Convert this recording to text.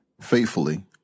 faithfully